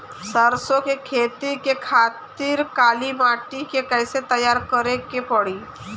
सरसो के खेती के खातिर काली माटी के कैसे तैयार करे के पड़ी?